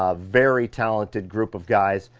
ah very talented group of guys.